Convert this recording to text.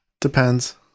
Depends